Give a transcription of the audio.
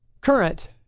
current